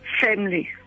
family